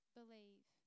believe